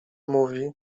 mówi